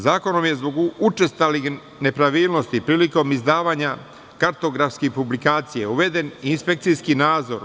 Zakonom je zbog učestalih nepravilnosti prilikom izdavanja kartografskih publikacija, uveden inspekcijski nadzor.